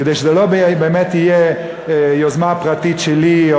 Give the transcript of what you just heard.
כדי שזה באמת לא יהיה יוזמה פרטית שלי,